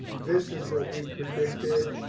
this is what we predicted.